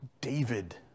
David